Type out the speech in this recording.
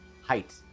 height